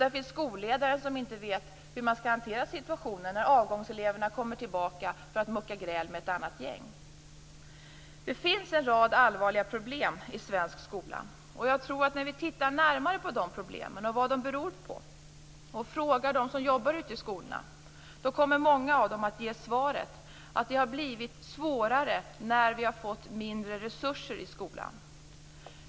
Där finns skolledare som inte vet hur situationen skall hanteras när avgångseleverna kommer tillbaka för att mucka gräl med ett annat gäng. Det finns en rad allvarliga problem i svensk skola. Jag tror att när vi tittar närmare på problemen och vad de beror på och frågar dem som jobbar i skolorna, kommer många av dem att svara att det har blivit svårare i samband med att resurserna har blivit mindre.